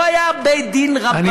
לא היה בית-דין רבני,